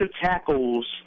tackles